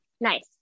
Nice